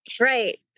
right